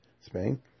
Spain